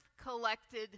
collected